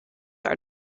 are